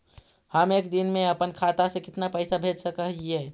हम एक दिन में अपन खाता से कितना पैसा भेज सक हिय?